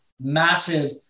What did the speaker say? massive